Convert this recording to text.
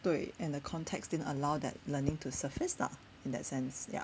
对 and the context didn't allow that learning to surface lah in that sense ya